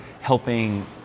helping